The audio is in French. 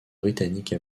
britannique